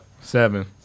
Seven